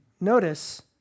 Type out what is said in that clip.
notice